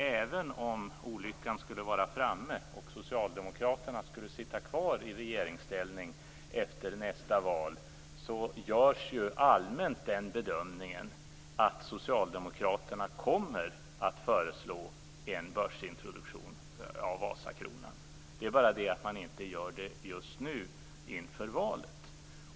Även om olyckan skulle vara framme och socialdemokraterna satt kvar i regeringsställning efter nästa val görs ju allmänt den bedömningen att socialdemokraterna kommer att föreslå en börsintroduktion av Vasakronan. Det är bara det att man inte gör det just nu inför valet.